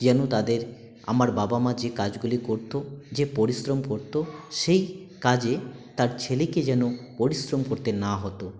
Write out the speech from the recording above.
যেন তাদের আমার বাবা মা যে কাজগুলি করতো যে পরিশ্রম করতো সেই কাজে তার ছেলেকে যেন পরিশ্রম করতে না হতো